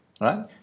right